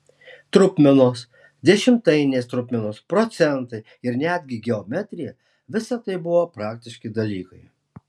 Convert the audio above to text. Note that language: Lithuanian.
trupmenos dešimtainės trupmenos procentai ir netgi geometrija visa tai buvo praktiški dalykai